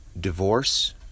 divorce